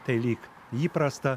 tai lyg įprasta